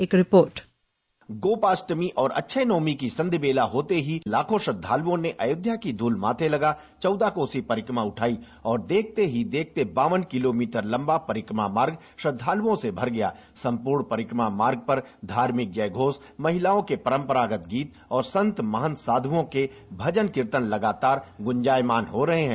एक रिपोर्ट गोपाष्टमी और अक्षय नवमी की संधि बेला होते ही लाखों श्रद्दालुओं ने अयोध्या की धूल माथे लगा चौदह कोसी परिक्रमा उठाई और देखते ही देखते बावन किलोमीटर लम्बा परिक्रमा मार्ग श्रद्धालुओं से भर गया द्य सम्पूर्ण परिक्रमा मार्ग पर धार्मिक जयघोष महिलाओं के परम्परागत गीत और संत महंत साधुओं के भजन कीर्तन लगातार गुंजायमान हो रहे हैं